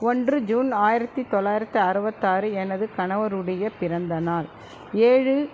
ஒன்று ஜூன் ஆயிரத்து தொள்ளாயிரத்து அறுபத்தாறு எனது கணவருடைய பிறந்த நாள் ஏழு